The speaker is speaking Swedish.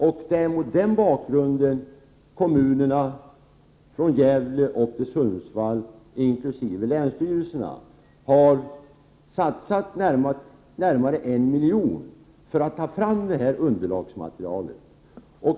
Det är mot den bakgrunden som kommunerna från Gävle upp till Sundsvall och också länsstyrelserna har satsat närmare en miljon för att ta fram ett underlagsmaterial.